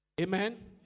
Amen